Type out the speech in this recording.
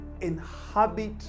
inhabit